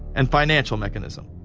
and financial mechanism.